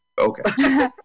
Okay